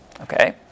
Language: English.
Okay